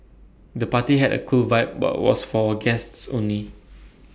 the party had A cool vibe but was for guests only